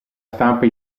stampa